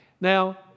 Now